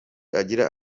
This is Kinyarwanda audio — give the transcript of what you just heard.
agira